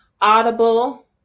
Audible